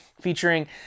featuring